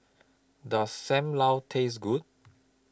Does SAM Lau Taste Good